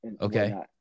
Okay